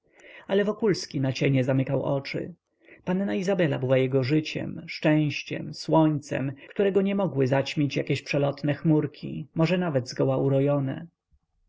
cienie zamykał oczy panna izabela była jego życiem szczęściem słońcem którego nie mogły zaćmić jakieś przolotne chmurki może nawet zgoła urojone